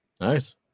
Nice